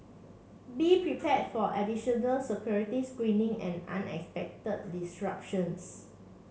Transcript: be prepared for additional security screening and unexpected disruptions